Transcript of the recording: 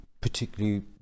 particularly